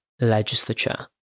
legislature